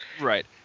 Right